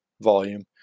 volume